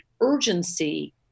urgency